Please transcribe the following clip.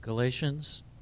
Galatians